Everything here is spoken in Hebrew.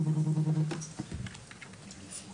(הצגת מצגת)